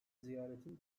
ziyaretin